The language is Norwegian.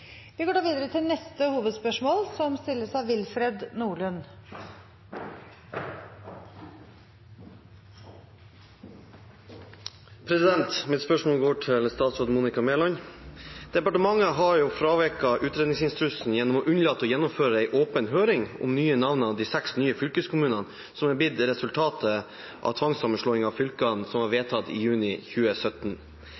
Vi går til neste hovedspørsmål. Mitt spørsmål går til statsråd Monica Mæland. Departementet har fraveket utredningsinstruksen gjennom å unnlate å gjennomføre en åpen høring om de nye navnene til de seks nye fylkeskommunene, som ble resultatet av tvangssammenslåingen av fylkene